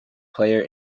player